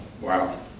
Wow